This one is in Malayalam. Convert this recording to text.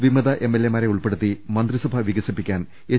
വിമത എംഎൽഎമാരെ ഉൾപ്പെടുത്തി മന്ത്രിസഭ വിക സിപ്പിക്കാൻ എച്ച്